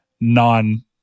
non